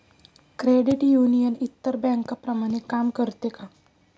Credit union इतर बँकांप्रमाणे काम करते का?